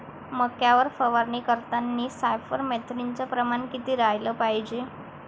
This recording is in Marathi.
मक्यावर फवारनी करतांनी सायफर मेथ्रीनचं प्रमान किती रायलं पायजे?